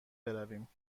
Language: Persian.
برویم